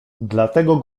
dlatego